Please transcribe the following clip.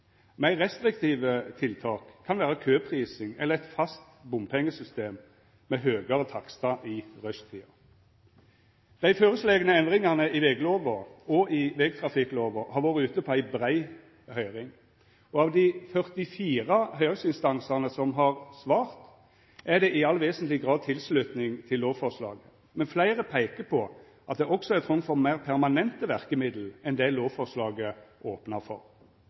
Meir restriktive tiltak kan vera køprising eller eit fast bompengesystem med høgare takstar i rushtida. Dei føreslegne endringane i veglova og i vegtrafikklova har vore ute på ei brei høyring. Av dei 44 høyringsinstansane som har svart, er det i all vesentleg grad tilslutning til lovforslaget, men fleire peikar på at det også er trong for meir permanente verkemiddel enn det lovforslaget opnar for.